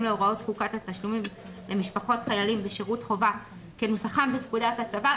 להוראות חוקת התשלומים למשפחות חיילים בשירות חובה כנוסחם בפקודת הצבא.